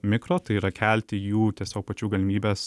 mikro tai yra kelti jų tiesiog pačių galimybes